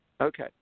Okay